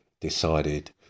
decided